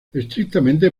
estrictamente